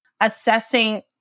assessing